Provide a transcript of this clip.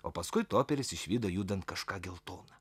o paskui toperis išvydo judant kažką geltoną